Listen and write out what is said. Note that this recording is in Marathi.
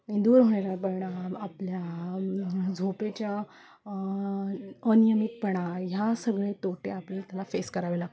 दूर होण्यापणा आपल्या झोपेच्या अनियमितपणा ह्या सगळे तोटे आपली त्याला फेस करावे लागतो